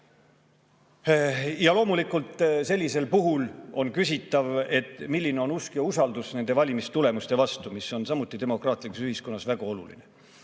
Loomulikult, sellisel juhul on küsitav, milline on usk ja usaldus valimistulemuste vastu, mis on samuti demokraatlikus ühiskonnas väga oluline.